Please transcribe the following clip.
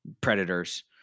Predators